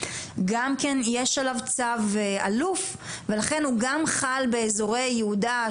יש עליו צו אלוף ולכן הוא חל גם באזורי יהודה,